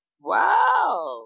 Wow